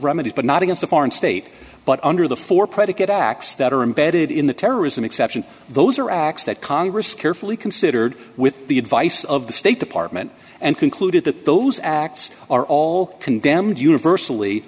remedies but not against a foreign state but under the four predicate acts that are embedded in the terrorism exception those are acts that congress carefully considered with the advice of the state department and concluded that those acts are all condemned universally